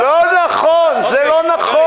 לא נכון, זה לא נכון.